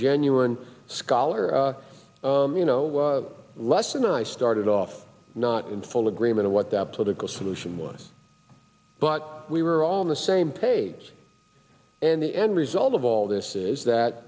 genuine scholar you know less than i started off not in full agreement of what the political solution was but we were on the same page and the end result of all this is that